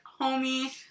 homie